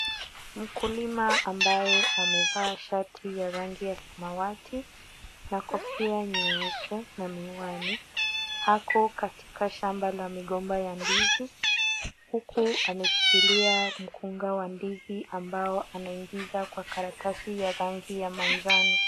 Mkulima ambaye amevaa shati ya rangi ya samawati na kofia nyeupe na miwani, ako katika shamba la migomba ya ndizi, huku ameshikilia mkunga wa ndizi ambao anaingiza kwa karatasi ya rangi ya manjano.